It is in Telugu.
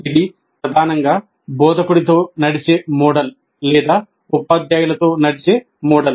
ఇది ప్రధానంగా బోధకుడితో నడిచే మోడల్ లేదా ఉపాధ్యాయులతో నడిచే మోడల్